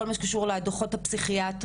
כל מה שקשור לדוחות הפסיכיאטריים,